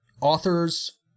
authors